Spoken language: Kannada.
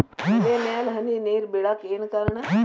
ಎಲೆ ಮ್ಯಾಲ್ ಹನಿ ನೇರ್ ಬಿಳಾಕ್ ಏನು ಕಾರಣ?